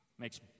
Makes